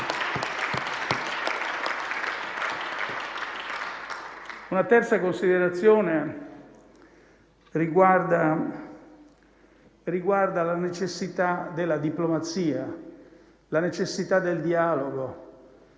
La terza considerazione riguarda la necessità della diplomazia e del dialogo.